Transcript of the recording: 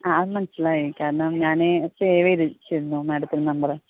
ആ അത് മനസ്സിലായി കാരണം ഞാനേ സേവ് ചെയ്ത് വെച്ചിരുന്നു മാഡത്തിൻ്റെ നമ്പർ